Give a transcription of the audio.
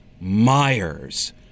Myers